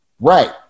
Right